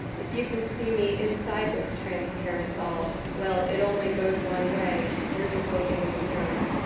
if you can see me inside this transparent ball, well, it only goes one way. you're just looking in the mirror.